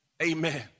Amen